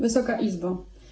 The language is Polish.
Wysoka Izbo!